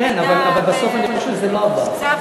אני חושב שזה לא עבר בסוף.